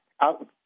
out